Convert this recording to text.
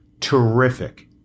terrific